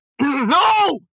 No